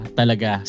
talaga